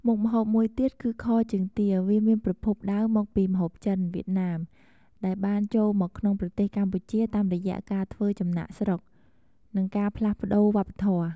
មុខម្ហូបមួយទៀតគឺខជើងទា វាមានប្រភពដើមមកពីម្ហូបចិន-វៀតណាម ដែលបានចូលមកក្នុងប្រទេសកម្ពុជាតាមរយៈការធ្វើចំណាកស្រុក និងការផ្លាស់ប្តូរវប្បធម៌។